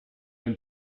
been